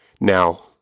Now